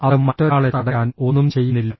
അത് മറ്റൊരാളെ തടയാൻ ഒന്നും ചെയ്യുന്നില്ല